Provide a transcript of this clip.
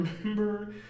remember